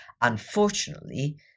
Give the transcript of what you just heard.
Unfortunately